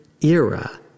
era